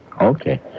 Okay